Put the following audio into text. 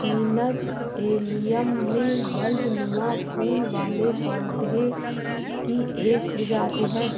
genus Allium में बल्बनुमा फूल वाले पौधे की एक प्रजाति है